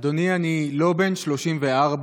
אדוני, אני לא בן 34,